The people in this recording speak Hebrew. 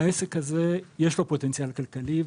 לעסק הזה יש פוטנציאל כלכלי,